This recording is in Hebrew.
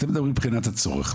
אתם מדברים מבחינת הצורך.